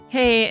Hey